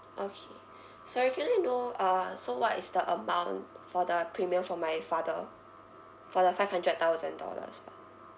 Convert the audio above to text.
okay sorry can I know uh so what is the amount for the premium for my father for the five hundred thousand dollars ya